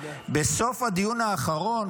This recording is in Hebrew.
בסוף הדיון האחרון,